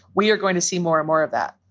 we are going to see more and more of that